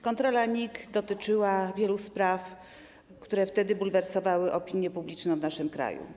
Kontrola NIK dotyczyła wielu spraw, które wtedy bulwersowały opinię publiczną w naszym kraju.